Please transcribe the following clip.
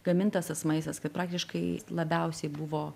gamintas tas maistas kaip praktiškai labiausiai buvo